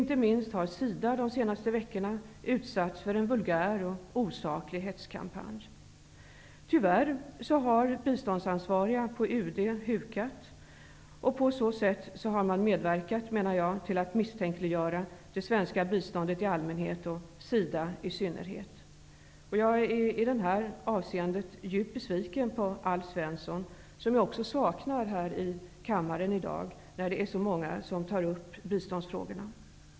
Inte minst SIDA har under de senaste veckorna utsatts för en vulgär och osaklig hetskampanj. Tyvärr har biståndsansvariga på UD hukat. På så sätt, menar jag, har man där medverkat till att misstänkliggöra det svenska biståndet i allmänhet, och SIDA i synnerhet. Jag är i detta avseende djupt besviken på Alf Svensson, som jag också saknar här i kammaren i dag när biståndsfrågorna tas upp av så många.